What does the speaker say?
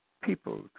People